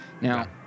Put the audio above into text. Now